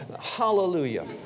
Hallelujah